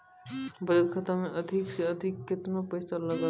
बचत खाता मे अधिक से अधिक केतना पैसा लगाय ब?